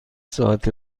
ساعت